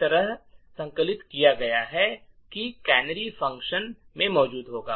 तरह संकलित किया गया है कि कैनरी फ़ंक्शंस में मौजूद होगा